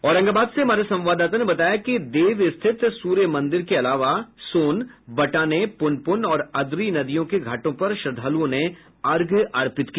औरंगाबाद से हमारे संवाददाता ने बताया कि देव स्थित सूर्य मंदिर के अलावा सोन बटाने पुनपुन और अदरी नदियों के घाटों पर श्रद्धालुओं ने अर्घ्य अर्पित किया